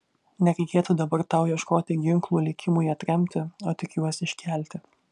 nereikėtų dabar tau ieškoti ginklų likimui atremti o tik juos iškelti